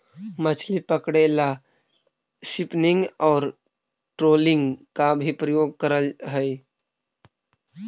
मछली पकड़े ला स्पिनिंग और ट्रोलिंग का भी प्रयोग करल हई